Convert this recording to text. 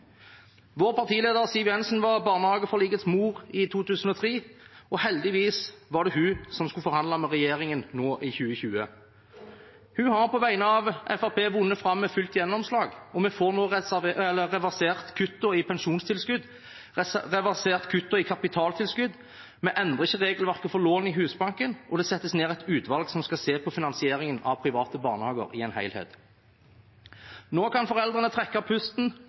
Vår partileder, Siv Jensen, var barnehageforlikets mor i 2003. Heldigvis var det hun som skulle forhandle med regjeringen nå i 2020. Hun har på vegne av Fremskrittspartiet vunnet fram med fullt gjennomslag. Vi får nå reversert kuttene i pensjonstilskudd og kapitaltilskudd, man endrer ikke regelverket for lån i Husbanken, og det settes ned et utvalg som skal se på finansieringen av private barnehager i en helhet. Nå kan foreldrene trekke pusten.